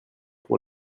pour